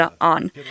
on